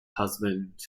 husband